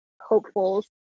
hopefuls